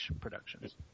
productions